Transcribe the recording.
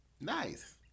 Nice